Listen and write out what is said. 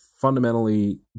Fundamentally